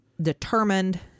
Determined